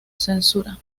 censura